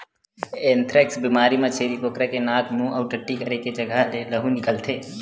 anthrax बेमारी म छेरी बोकरा के नाक, मूंह अउ टट्टी करे के जघा ले लहू निकलथे